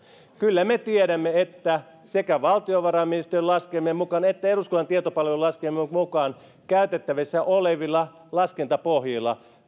kyllä me tiedämme että sekä valtiovarainministeriön laskelmien mukaan että eduskunnan tietopalvelun laskelmien mukaan käytettävissä olevilla laskentapohjilla